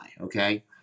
okay